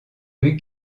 rue